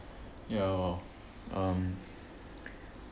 ya lor um